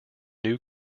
new